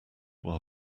while